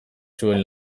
zuen